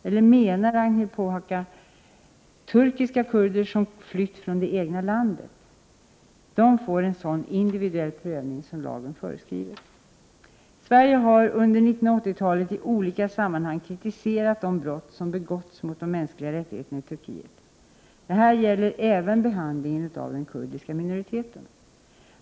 Eller menar Ragnhild Pohanka turkiska kurder som flytt från det egna landet? De får en sådan individuell prövning som lagen föreskriver. Sverige har under 1980-talet i olika sammanhang kritiserat de brott som begåtts mot de mänskliga rättigheterna i Turkiet. Detta gäller även behandlingen av den kurdiska minoriteten.